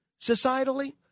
societally